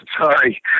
sorry